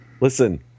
listen